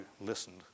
listened